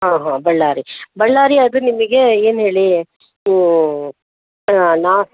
ಹಾಂ ಹಾಂ ಬಳ್ಳಾರಿ ಬಳ್ಳಾರಿ ಅದು ನಿಮಗೆ ಏನು ಹೇಳಿ ನಾ